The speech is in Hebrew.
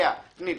לאה, תני לי.